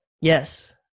Yes